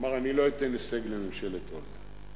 אמר: אני לא אתן הישג לממשלת אולמרט.